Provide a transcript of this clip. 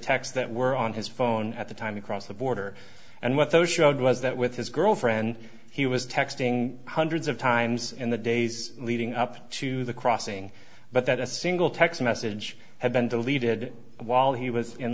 text that were on his phone at the time across the border and what those showed was that with his girlfriend he was texting hundreds of times in the days leading up to the crossing but that a single text message had been deleted while he was in